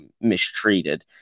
mistreated